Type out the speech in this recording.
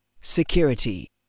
security